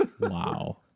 Wow